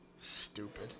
Stupid